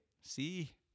See